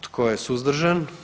Tko je suzdržan?